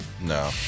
No